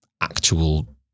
actual